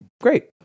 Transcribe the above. great